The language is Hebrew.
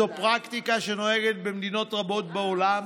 זו פרקטיקה שנוהגת במדינות רבות בעולם,